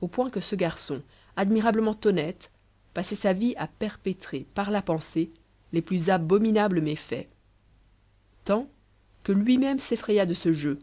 au point que ce garçon admirablement honnête passait sa vie à perpétrer par la pensée les plus abominables méfaits tant que lui-même s'effraya de ce jeu